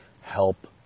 help